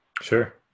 Sure